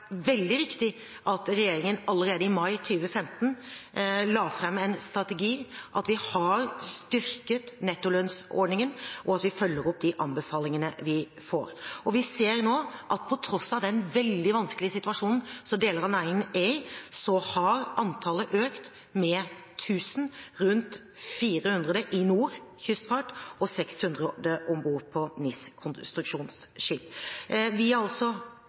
veldig viktig at regjeringen allerede i mai 2015 la fram en strategi, at vi har styrket nettolønnsordningen, og at vi følger opp de anbefalingene vi får. Vi ser nå at på tross av den veldig vanskelige situasjonen som deler av næringen er i, har antallet økt med 1 000 – rundt 400 i NOR kystfart og 600 om bord på NIS konstruksjonsskip. Vi